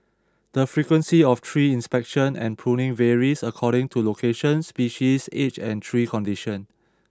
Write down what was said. the frequency of tree inspection and pruning varies according to location species age and tree condition